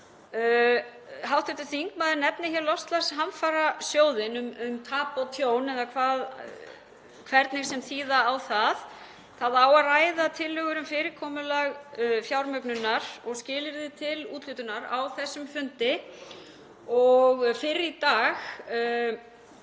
nást. Hv. þingmaður nefnir hér loftslagshamfarasjóðinn, um tap og tjón eða hvernig sem þýða á það. Það á að ræða tillögur um fyrirkomulag fjármögnunar og skilyrði til úthlutunar á þessum fundi og fyrr í dag